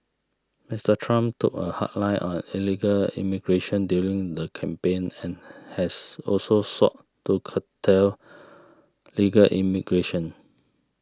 Mister Trump took a hard line on illegal immigration during the campaign and has also sought to curtail legal immigration